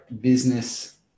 business